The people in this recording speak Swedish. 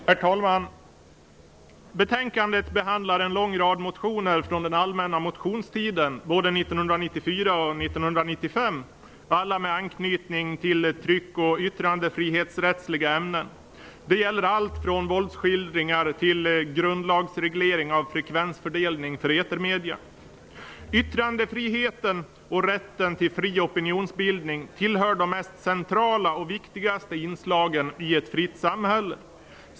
Herr talman! Betänkandet behandlar en lång rad motioner från den allmänna motionstiden, både 1994 och 1995, alla med anknytning till tryck och yttrandefrihetsrättsliga ämnen. De gäller allt från våldsskildringar till grundlagsreglering av frekvensfördelning för etermedier. Yttrandefriheten och rätten till fri opinionsbildning tillhör de mest centrala och viktigaste inslagen i ett fritt samhälle.